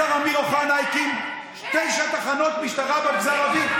השר אמיר אוחנה הקים תשע תחנות משטרה במגזר הערבי,